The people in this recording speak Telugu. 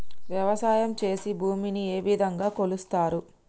వ్యవసాయం చేసి భూమిని ఏ విధంగా కొలుస్తారు?